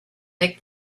make